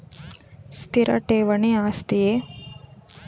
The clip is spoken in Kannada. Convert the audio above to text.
ಸ್ಥಿರ ಠೇವಣಿ ಆಸ್ತಿಯೇ?